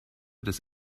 des